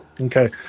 Okay